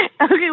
Okay